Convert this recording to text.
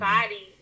Body